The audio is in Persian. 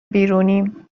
بیرونیم